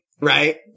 Right